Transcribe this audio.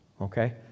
okay